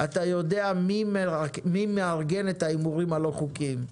אתה יודע מי מארגן את ההימורים הלא החוקיים.